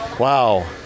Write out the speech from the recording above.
Wow